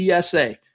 PSA